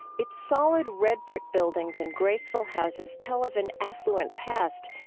its solid red brick buildings and graceful houses tell of an affluent past,